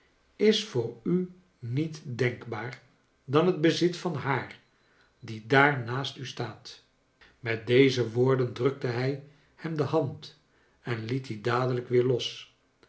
is voor u niet denkbaar dan het bezit van haar die daar naast u staat met deze woorden drukte hij hem de hand en liet die dadelijk weer los